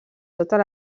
totes